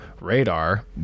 radar